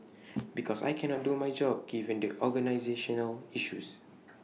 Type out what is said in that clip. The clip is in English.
because I cannot do my job given the organisational issues